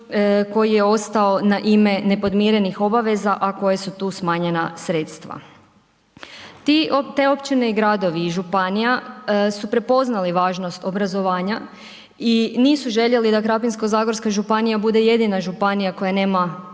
koji je ostao na ime nepodmirenih obaveza a koje su tu smanjena sredstva. Te općine i gradovi i županija su prepoznali važnost obrazovanja i nisu željeli da Krapinsko-zagorska županija bude jedina županija koje nema